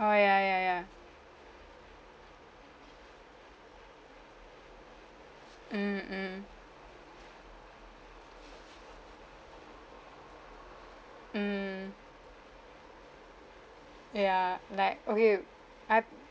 oh ya ya ya mm mm mm ya like okay I